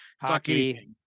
hockey